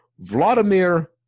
Vladimir